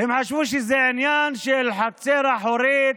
הם חשבו שזה עניין של חצר אחורית,